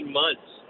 months